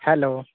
hello